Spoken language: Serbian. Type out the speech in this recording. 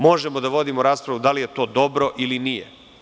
Možemo da vodimo raspravu da li je to dobro ili nije.